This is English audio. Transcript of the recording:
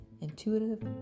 intuitive